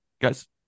guys